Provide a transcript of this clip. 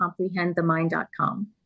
ComprehendTheMind.com